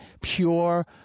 pure